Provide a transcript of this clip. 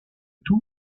tous